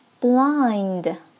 Blind